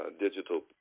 digital